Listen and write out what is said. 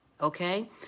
Okay